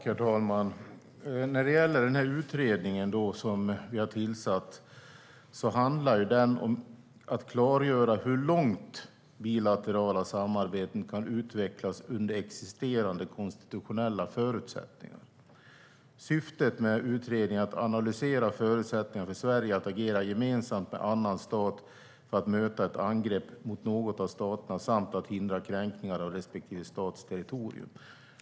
Herr talman! Utredningen handlar om att klargöra hur långt bilaterala samarbeten kan utvecklas under existerande konstitutionella förutsättningar. Syftet med utredningen är att analysera förutsättningar för Sverige att agera gemensamt med annan stat för att möta ett angrepp mot någon av staterna samt att hindra kränkningar av respektive stats territorium.